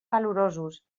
calorosos